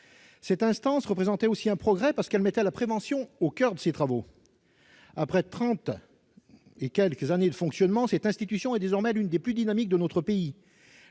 Cette instance représentait aussi un progrès parce qu'elle mettait la prévention au coeur de ses travaux. Après quelque trente années de fonctionnement, cette institution est désormais l'une des plus dynamiques de notre pays.